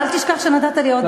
אל תשכח שנתת לי עוד דקה.